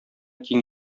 киң